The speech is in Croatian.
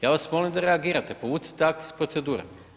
Ja vas molim da reagirate, povucite akt iz procedure.